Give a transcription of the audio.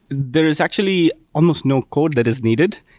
there is actually almost no code that is needed.